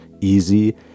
easy